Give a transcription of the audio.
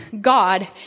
God